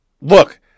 Look